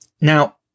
Now